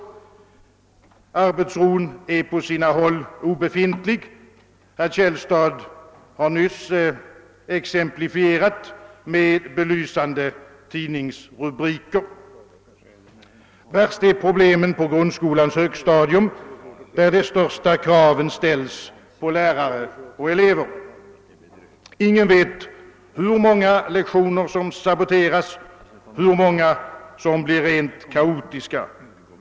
Arbetsron är på sina håll obefintlig. Herr Källstad har nyss exemplifierat med belysande tidningsrubriker. Värst är problemen på grundskolans högstadium där de största kraven ställs på lärare och elever. Inget vet hur många lektioner som saboteras, hur många som blir rent kaotiska.